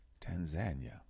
Tanzania